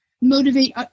motivate